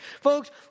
Folks